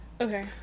Okay